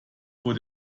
vor